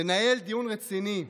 לנהל דיון רציני.